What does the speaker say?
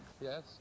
yes